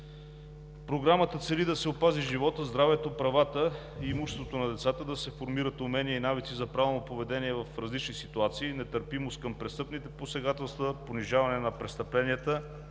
Програмата цели да се опазят животът, здравето, правата и имуществото на децата, да се формират умения и навици за правилно поведение в различни ситуации, нетърпимост към престъпните посегателства, понижаване на престъпленията